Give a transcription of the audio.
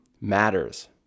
matters